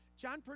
John